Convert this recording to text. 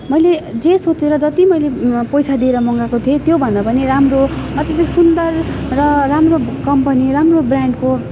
मैले जे सोचेर जति मैले पैसा दिएर मगाएको थिएँ त्योभन्दा पनि राम्रो अति नै सुन्दर र राम्रो कम्पनी राम्रो ब्रान्डको